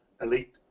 Elite